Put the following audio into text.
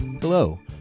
Hello